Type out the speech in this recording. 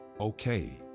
Okay